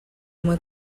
uma